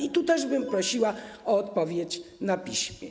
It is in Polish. I tu też bym prosiła o odpowiedź na piśmie.